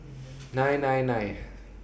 nine nine nine